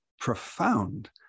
profound